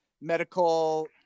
medical